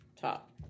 top